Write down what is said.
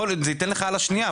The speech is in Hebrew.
זה ייתן לך על השנייה,